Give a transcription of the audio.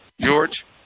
George